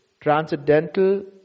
transcendental